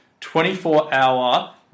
24-hour